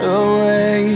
away